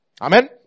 Amen